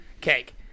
Cake